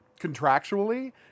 contractually